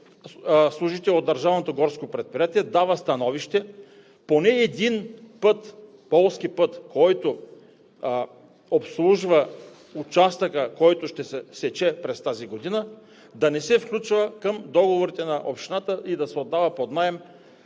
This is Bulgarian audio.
предприятие, дава становище поне един полски път, който обслужва участъка, който ще се сече през тази година, да не се включва към договорите на общината и да се отдава под наем,